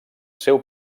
seu